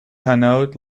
hanaud